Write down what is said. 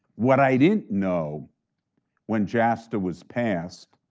what i didn't know when jasta was passed